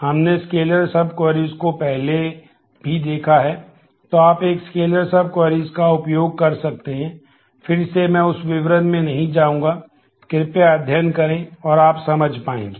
यह सी का उपयोग कर सकते हैं फिर से मैं उस विवरण में नहीं जाऊंगा कृपया अध्ययन करें और आप समझ पाएंगे